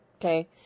Okay